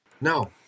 No